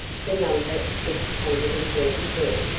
for number six hundred and thirty two.